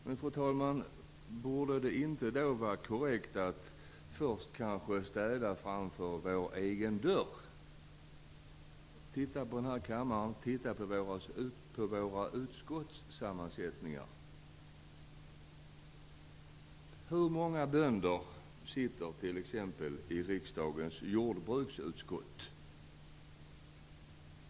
Men, fru talman, borde det inte då vara korrekt att först städa framför vår egen dörr? Titta på den här kammaren och titta på våra utskotts sammansättning. Hur många bönder sitter t.ex. i riksdagens jordbruksutskott?